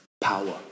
power